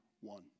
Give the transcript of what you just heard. one